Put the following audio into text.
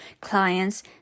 clients